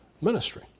ministry